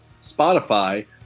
spotify